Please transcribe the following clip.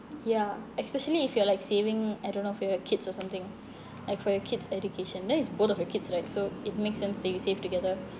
ya especially if you're like saving I don't know for your kids or something like for your kids education then it's both of your kids right so it makes sense that you save together